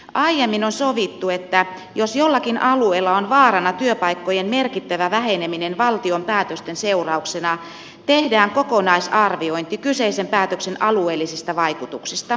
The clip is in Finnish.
aiemmin on sovittu että jos jollakin alueella on vaarana työpaikkojen merkittävä väheneminen valtion päätösten seurauksena tehdään kokonaisarviointi kyseisen päätöksen alueellisista vaikutuksista